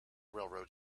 railway